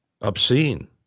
obscene